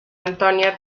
antonio